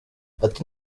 ati